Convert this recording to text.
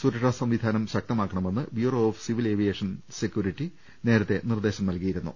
സുരക്ഷാ സംവിധാനം ശക്തമാക്ക ണമെന്ന് bureau of civil aviation security നേരത്തെ നിർദേശം നൽകിയിരുന്നു